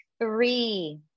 three